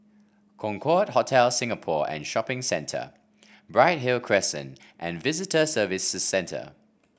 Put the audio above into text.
Concorde Hotel Singapore and Shopping Centre Bright Hill Crescent and Visitor Services Centre